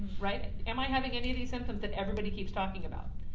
right? am i having any of these symptoms that everybody keeps talking about?